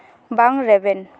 ᱵᱟᱝ ᱨᱮᱵᱮᱱ